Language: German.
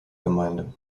gemeinde